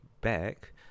back